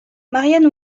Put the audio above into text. marianne